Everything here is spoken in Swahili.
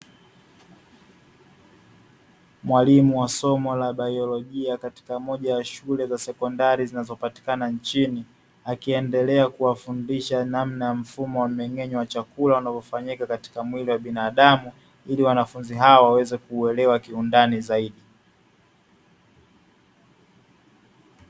Mwalimu wa somo la baiolojia katika moja ya shule za sekondari zinazopatikana nchini, akiendelea kuwafundisha namna mfumo wa mmeng'enyo wa chakula unavyofanyika katika mwili wa binaadamu, ili wanafunzi hao waweze kuuelewa kiundani zaidi.